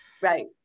Right